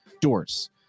doors